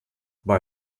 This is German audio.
bei